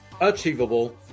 achievable